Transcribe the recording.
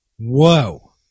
Whoa